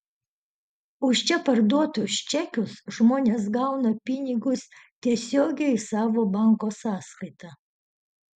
už čia parduotus čekius žmonės gauna pinigus tiesiogiai į savo banko sąskaitą